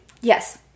Yes